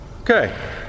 okay